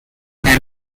and